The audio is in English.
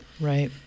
Right